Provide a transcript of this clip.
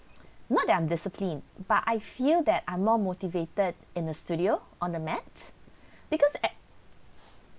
not that I'm discipline but I feel that I'm more motivated in the studio on the mat because at